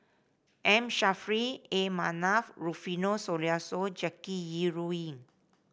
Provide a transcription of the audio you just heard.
M Saffri A Manaf Rufino Soliano Jackie Yi Ru Ying